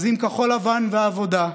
אז כחול לבן והעבודה,